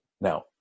Now